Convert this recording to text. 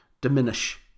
diminish